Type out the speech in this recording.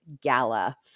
gala